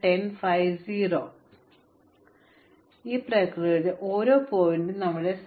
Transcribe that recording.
അതിനാൽ നമ്മൾ ചെയ്യുന്നത് ഓരോ ശീർഷകവുമായും സമയത്തെ ഏറ്റവും കുറഞ്ഞ ദൂരവുമായി ബന്ധപ്പെടുത്തുന്നു തുടക്കത്തിൽ നമുക്ക് എന്തും അറിയാം